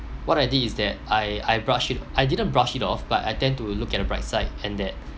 what I did is that I I brushed it I didn't brush it off but I tend to look at the bright side and that